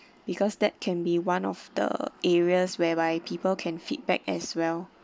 because that can be one of the areas whereby people can feedback as well